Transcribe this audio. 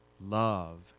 love